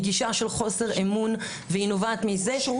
היא גישה של חוסר אמון והיא נובעת מזה שוב,